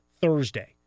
Thursday